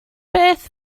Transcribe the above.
beth